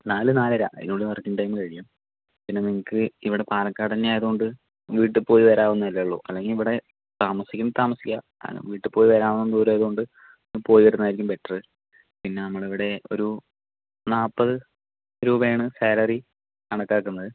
നാലു നാലര അതിനുള്ളിൽ വർക്കിംഗ് ടൈം കഴിയും പിന്നെ നിങ്ങൾക്ക് ഇവിടെ പാലക്കാട് തന്നെയായതുകൊണ്ട് വീട്ടിൽ പോയി വരാവുന്നതല്ലേയുള്ളൂ അല്ലെങ്കിൽ ഇവിടെ താമസിക്കുകയാണെങ്കിൽ താമസിക്കാം വീട്ടിൽപോയി വരാവുന്ന ദൂരം ആയതുകൊണ്ട് പോയിവരുന്നതായിരിക്കും ബെറ്റർ പിന്നെ നമ്മളിവിടെ ഒരു നാപ്പത് രൂപയാണ് സാലറി കണക്കാക്കുന്നത്